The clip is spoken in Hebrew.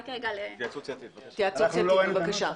התייעצות סיעתית, בבקשה.